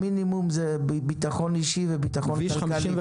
המינימום זה ביטחון אישי וביטחון כלכלי.